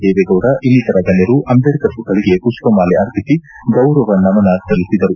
ದೇವೇಗೌಡ ಇನ್ನಿತರ ಗಣ್ಣರು ಅಂಬೇಡ್ಕರ್ ಪುತ್ವಳಿಗೆ ಪುಷ್ಪಮಾಲೆ ಅರ್ಪಿಸಿ ಗೌರವ ನಮನ ಸಲ್ಲಿಸಿದರು